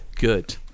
Good